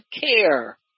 care